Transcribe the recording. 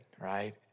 right